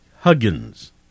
Huggins